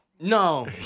No